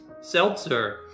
Seltzer